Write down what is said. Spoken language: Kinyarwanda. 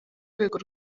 rwego